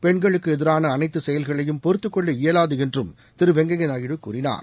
பெண்களுக்கு எதிரான அனைத்து செயல்களையும் பொறுத்துக்கொள்ள இயலாது என்றும் திரு வெங்கய்யா நாயுடு கூறினார்